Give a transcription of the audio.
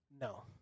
No